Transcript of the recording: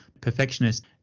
perfectionist